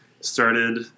started